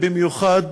במיוחד,